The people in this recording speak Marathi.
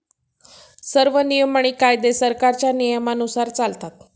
सर्व नियम आणि कायदे सरकारच्या नियमानुसार चालतात